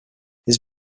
his